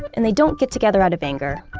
and they don't get together out of anger.